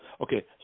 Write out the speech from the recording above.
okay